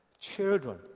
children